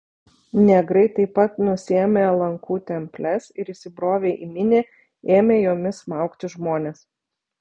negrai taip pat nusiėmė lankų temples ir įsibrovę į minią ėmė jomis smaugti žmones